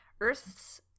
Earth's